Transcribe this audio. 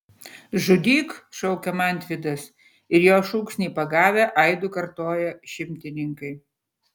žudyk šaukia mantvydas ir jo šūksnį pagavę aidu kartoja šimtininkai